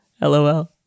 LOL